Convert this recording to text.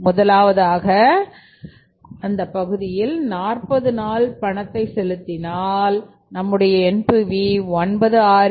முதலாவது பகுதியில் நாற்பதாவது நாள் பணத்தைச் செலுத்தினால் நம்முடையNPV 9681